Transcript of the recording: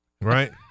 Right